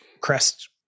Crest